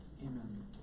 amen